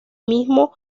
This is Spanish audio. mismo